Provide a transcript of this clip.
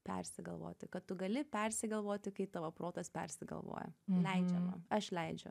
persigalvoti kad tu gali persigalvoti kai tavo protas persigalvoja leidžiama aš leidžiu